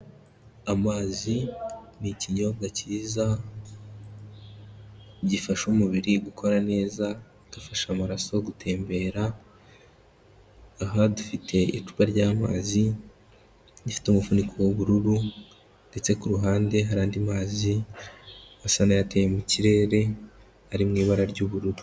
Amazi ni ikinyobwa cyiza gifasha umubiri gukora neza, kigafasha amaraso gutembera, aha dufite icupa ry'amazi rifite umufuniko w'ubururu, ndetse ku ruhande hari andi mazi asa n'ayateye mu kirere, ari mu ibara ry'ubururu.